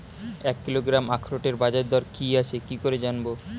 এক কিলোগ্রাম আখরোটের বাজারদর কি আছে কি করে জানবো?